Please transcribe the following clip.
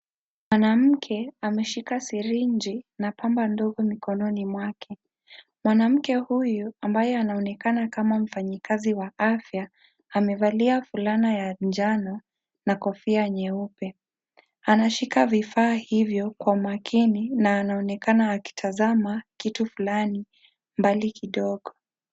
Mwanamke ameshika sirinji na pamba ndogo mkononi mwake. Mwanamke huyu ambaye anaonekana kama mfanyikazi wa afya, amevalia fulana ya njano na kofia nyeupe. Anashika vifaa hivyo kwa makini na anaonekana akitazama kitu fulani mbali kidogo.